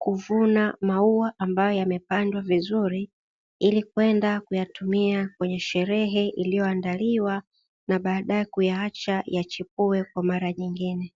kuvuna maua ambayo yamepandwa vizuri ili kwenda kuyatumia kwenye sherehe iliyoandaliwa na baadae kuyaacha yachipue kwa mara nyingine.